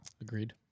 agreed